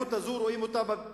אלימות בתוך המשפחה,